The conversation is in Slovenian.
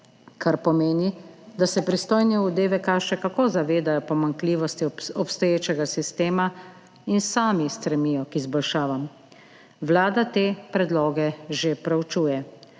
kar pomeni, da se pristojni v DVK še kako zavedajo pomanjkljivosti obstoječega sistema in sami stremijo k izboljšavam. Vlada te predloge že proučuje.